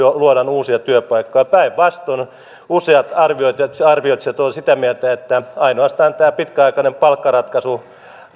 luodaan uusia työpaikkoja päinvastoin useat arvioitsijat ovat sitä mieltä että ainoastaan tämä pitkäaikainen palkkaratkaisu